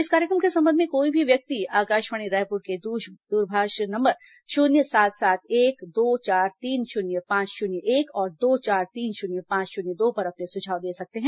इस कार्यक्रम के संबंध में कोई भी व्यक्ति आकाशवाणी रायपुर के दूरभाष नम्बर शून्य सात सात एक दो चार तीन शून्य पांच शून्य एक और दो चार तीन शून्य पांच शून्य दो पर अपने सुझाव दे सकते हैं